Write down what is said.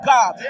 God